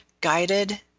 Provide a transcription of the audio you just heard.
guided